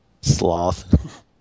Sloth